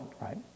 right